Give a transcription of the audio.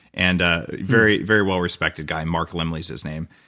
and ah very very well respected guy, mark lemley is his name.